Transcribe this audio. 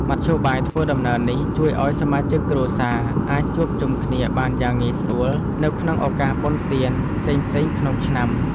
មធ្យោបាយធ្វើដំណើរនេះជួយឱ្យសមាជិកគ្រួសារអាចជួបជុំគ្នាបានយ៉ាងងាយស្រួលនៅក្នុងឱកាសបុណ្យទានផ្សេងៗក្នុងឆ្នាំ។